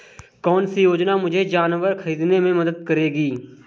कौन सी योजना मुझे जानवर ख़रीदने में मदद करेगी?